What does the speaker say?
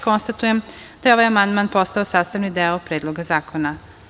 Konstatujem da je ovaj amandman postao sastavni deo Predloga zakona.